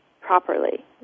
properly